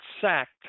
sacked